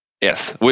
Yes